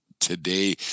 today